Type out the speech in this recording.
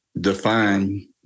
define